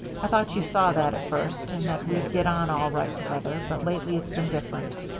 i thought you saw that at first, and that we'd get on all right together, but lately it's been different.